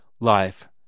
Life